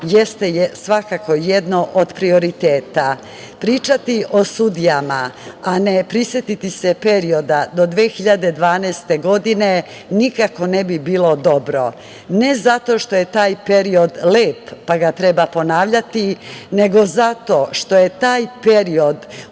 jeste svakako jedno od prioriteta. Pričati o sudijama, a ne prisetiti se perioda do 2012. godine nikako ne bi bilo dobro. Ne, zato što je taj period lep pa ga treba ponavljati, nego zato što je taj period